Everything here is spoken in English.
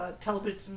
television